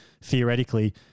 theoretically